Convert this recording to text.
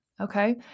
Okay